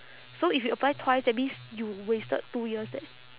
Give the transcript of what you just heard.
so if you apply twice that means you wasted two years leh